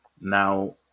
Now